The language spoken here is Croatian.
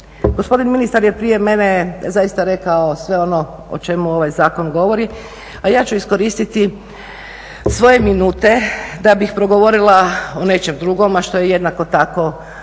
Gospodin ministar je prije mene zaista rekao sve ono o čemu ovaj zakon govori, a ja ću iskoristiti svoje minute da bih progovorila o nečem drugom, a što je jednako tako